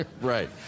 Right